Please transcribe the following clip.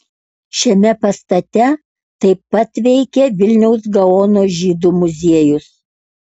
šiame pastate taip pat veikia vilniaus gaono žydų muziejus